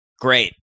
Great